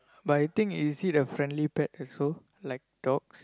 but I think is it a friendly pet also like dogs